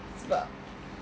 sebab